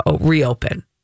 reopen